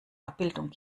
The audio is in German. abbildung